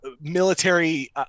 military